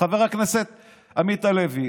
חבר הכנסת עמית הלוי,